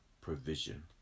provision